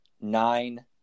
nine